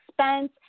Spence